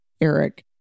Eric